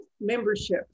membership